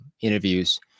interviews